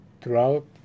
Throughout